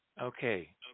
Okay